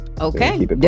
okay